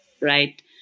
right